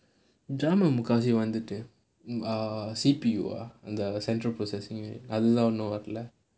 வந்துட்டு:vanthuttu err C_P_U ah அந்த:antha central processing unit அதுதான் இன்னும் வரல:adhu thaan innum varala